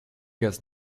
gets